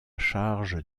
charge